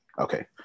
Okay